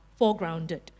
foregrounded